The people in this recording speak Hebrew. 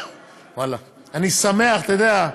אני שמח, אתה יודע,